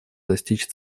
достичь